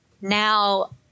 now